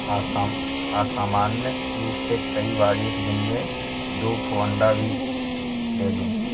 असामान्य रूप में कई बार एक दिन में दू ठो अंडा भी देलिन